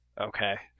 Okay